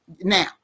now